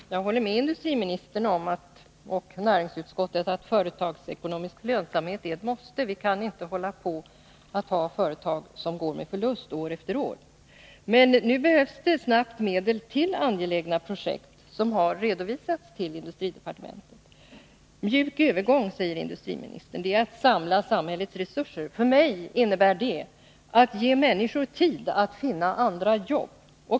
Herr talman! Jag håller med industriministern och näringsutskottet om att företagsekonomisk lönsamhet är ett måste. Vi kan inte hålla på att ha företag som går med förlust år efter år. Men nu behövs det snabbt medel till angelägna projekt, som har redovisats till industridepartementet. Mjuk övergång, säger industriministern, är att samla samhällets resurser. För mig innebär det att ge människor tid att finna andra jobb.